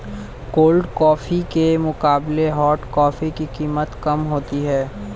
cold coffee के मुकाबले hot coffee की कीमत कम होती है